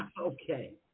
Okay